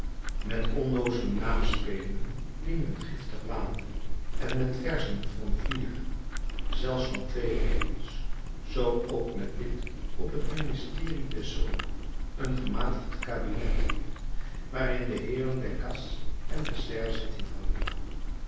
met onnoozele naamspelingen die men giftig waande en met verzen van vier zelfs van twee regels zoo ook met dit op het ministerie desolles een gematigd cabinet waarin de heeren decases en deserre zitting hadden